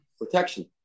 protection